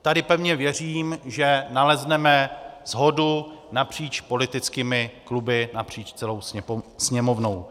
Tady pevně věřím, že nalezneme shodu napříč politickými kluby, napříč celou Sněmovnou.